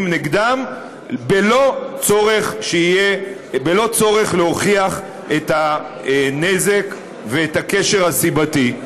נגדם בלא צורך להוכיח את הנזק ואת הקשר הסיבתי.